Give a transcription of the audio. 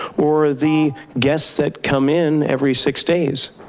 or the guests that come in every six days.